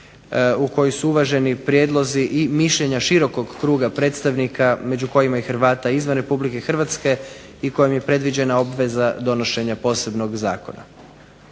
u koju su uvaženi prijedlozi i mišljenja širokog kruga predstavnika među kojima i Hrvata izvan Republike Hrvatske, i kojim je predviđena obveza donošenja posebnog zakona.